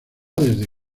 desde